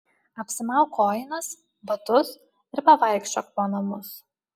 apsimauk kojines batus ir pavaikščiok po namus